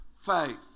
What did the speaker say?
faith